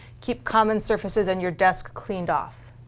keep common surfaces and your desk cleaned off.